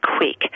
quick